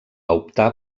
optar